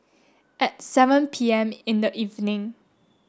at seven P M in the evening